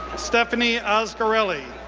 stephanie asgarali,